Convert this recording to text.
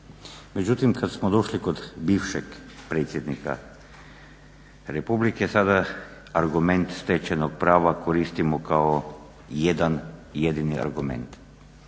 Međutim, kad smo došli kod bivšeg predsjednika republike sada argument stečenog prava koristimo kao jedan jedini argument.